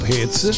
Hits